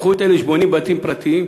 קחו את אלה שבונים בתים פרטיים.